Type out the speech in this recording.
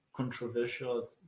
Controversial